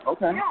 Okay